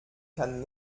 kann